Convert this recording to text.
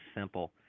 simple